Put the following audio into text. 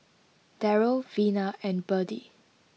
Darrel Vina and Berdie